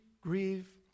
grieve